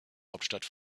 hauptstadt